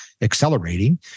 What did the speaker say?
accelerating